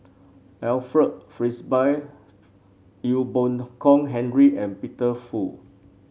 Alfred Frisby Ee Boon Kong Henry and Peter Fu